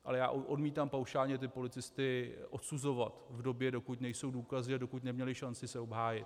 Ale já odmítám paušálně ty policisty odsuzovat v době, dokud nejsou důkazy a dokud neměli šanci se obhájit.